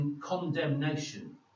condemnation